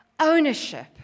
ownership